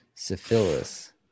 Syphilis